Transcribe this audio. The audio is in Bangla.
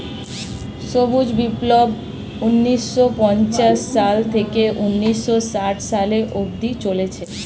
সবুজ বিপ্লব ঊন্নিশো পঞ্চাশ সাল থেকে ঊন্নিশো ষাট সালে অব্দি চলেছিল